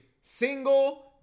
single